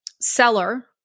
seller